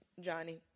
Johnny